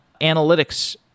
analytics